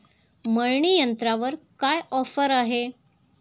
मळणी यंत्रावर काय ऑफर आहे?